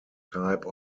type